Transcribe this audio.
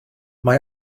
mae